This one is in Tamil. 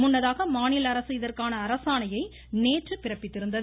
முன்னதாக மாநில அரசு இதற்கான அரசாணையை நேற்று பிறப்பித்திருந்தது